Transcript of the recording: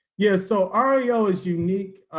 yes, so are you always unique?